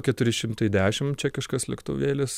keturi šimtai dešim čekiškas lėktuvėlis